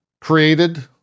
created